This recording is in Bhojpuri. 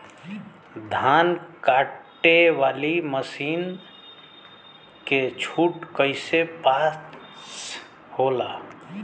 धान कांटेवाली मासिन के छूट कईसे पास होला?